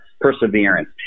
perseverance